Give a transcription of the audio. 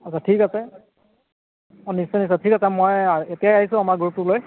আচ্ছা ঠিক আছে অ নিশ্চয় নিশ্চয় ঠিক আছে মই এতিয়াই আহিছোঁ আমাৰ গ্ৰুপটো লৈ